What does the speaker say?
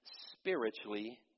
Spiritually